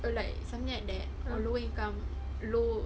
or like something like that or lower income low